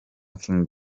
king